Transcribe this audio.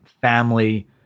family